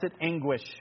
anguish